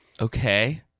Okay